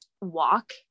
walk